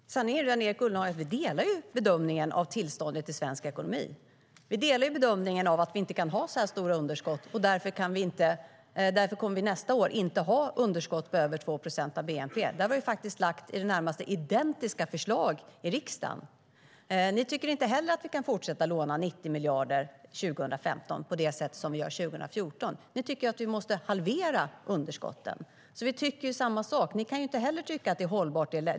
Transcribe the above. Herr talman! Sanningen är den, Erik Ullenhag, att vi delar bedömningen av tillståndet i svensk ekonomi. Vi delar bedömningen att vi inte kan ha så här stora underskott, och därför kommer vi nästa år inte att ha underskott på över 2 procent av bnp.Där har vi faktiskt lagt i det närmaste identiska förslag i riksdagen. Ni tycker inte heller att vi kan fortsätta låna 90 miljarder 2015 på det sätt som vi gör 2014. Ni tycker att vi måste halvera underskotten. Vi tycker alltså samma sak.